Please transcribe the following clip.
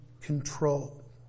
control